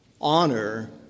Honor